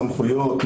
סמכויות,